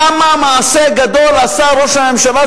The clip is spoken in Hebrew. איזה מעשה גדול עשה ראש הממשלה,